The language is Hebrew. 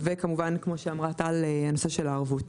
וכמובן, כמו שאמרה טל, הנושא של הערבות.